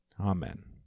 Amen